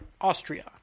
austria